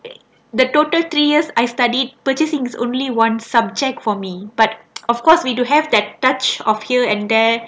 the total three years I studied purchasing is only one subject for me but of course we do have that touch of here and there